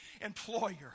employer